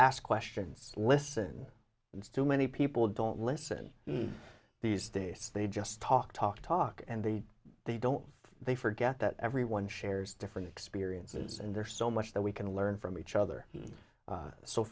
ask questions listen and so many people don't listen these days they just talk talk talk and they they don't they forget that everyone shares different experiences and there's so much that we can learn from each other